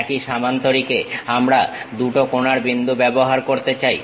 একই সামান্তরিকে আমরা 2 টো কোনার বিন্দু ব্যবহার করতে চাই